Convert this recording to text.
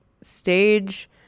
stage